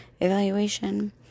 Evaluation